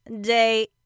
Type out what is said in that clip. day